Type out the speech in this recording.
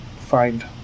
find